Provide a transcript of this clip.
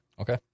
Okay